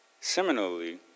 Similarly